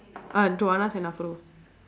ah to and